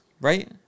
right